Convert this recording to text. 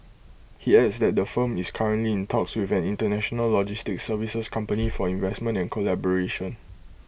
he adds that the firm is currently in talks with an International logistics services company for investment and collaboration